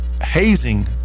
hazing